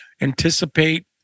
anticipate